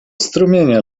strumienia